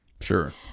Sure